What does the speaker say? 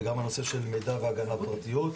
וגם הנושא של מידע והגנה על הפרטיות.